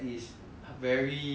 uh waste money